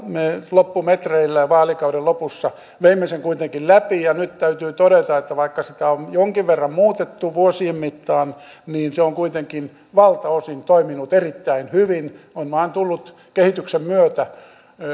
loppumetreillä vaalikauden lopussa veimme sen kuitenkin läpi nyt täytyy todeta että vaikka sitä on jonkin verran muutettu vuosien mittaan niin se on kuitenkin valtaosin toiminut erittäin hyvin on vain tullut kehityksen myötä